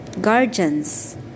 guardians